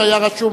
שהיה רשום,